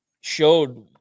showed